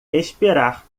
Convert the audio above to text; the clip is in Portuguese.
esperar